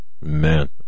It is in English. man